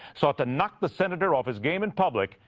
sort of knocked the senator off his game in public,